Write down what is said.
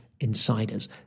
insiders